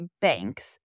banks